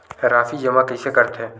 राशि जमा कइसे करथे?